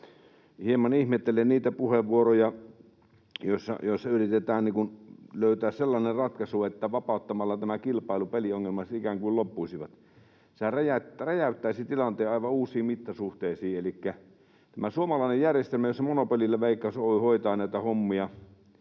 Hieman ihmettelen niitä puheenvuoroja, joissa yritetään löytää sellainen ratkaisu, että vapauttamalla tämä kilpailu peliongelmat ikään kuin loppuisivat. Sehän räjäyttäisi tilanteen aivan uusiin mittasuhteisiin. Elikkä tässä suomalaisessa järjestelmässä, jossa monopolilla Veikkaus Oy hoitaa näitä hommia